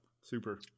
Super